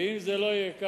אם זה לא יהיה כך,